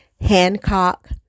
Hancock